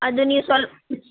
ಅದು ನೀವು ಸ್ವಲ್ಪ